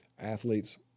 athletes